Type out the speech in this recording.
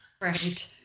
Right